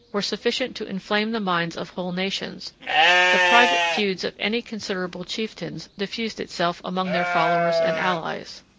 were sufficient to inflame the minds of whole nations the private feuds of any considerable chieftains diffused itself among their followers and allies.